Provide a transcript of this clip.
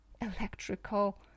electrical